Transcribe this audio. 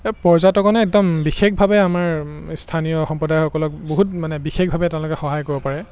এই পৰ্যটনে একদম বিশেষভাৱে আমাৰ স্থানীয় সম্প্ৰদায়সকলক বহুত মানে বিশেষভাৱে তেওঁলোকে সহায় কৰিব পাৰে